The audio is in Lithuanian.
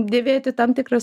dėvėti tam tikras